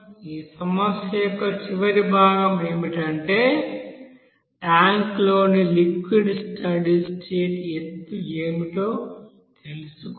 ఈ సమస్య యొక్క చివరి భాగం ఏమిటంటే ట్యాంక్లోని లిక్విడ్ స్టడీ స్టేట్ఎత్తు ఏమిటో తెలుసుకోవాలి